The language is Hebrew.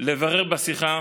לברר בשיחה